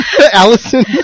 Allison